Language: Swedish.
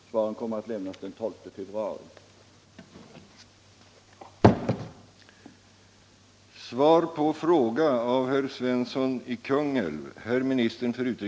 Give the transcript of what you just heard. Svaren kommer att lämnas den 12 februari.